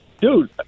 dude